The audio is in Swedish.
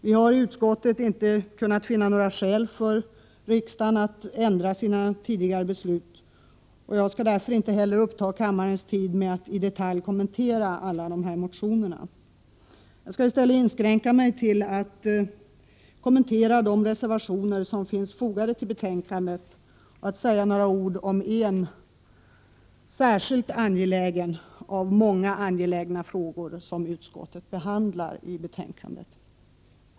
Vi har i utskottet inte kunnat finna några skäl för att riksdagen skall ändra sina tidigare ställningstaganden, och jag skall därför inte heller uppta kammarens tid med att i detalj kommentera alla dessa motioner. Jag skall i stället inskränka mig till att kommentera de reservationer som finns fogade till betänkandet och säga några ord i en särskilt angelägen fråga bland de många angelägna frågor som utskottet behandlar i betänkandet.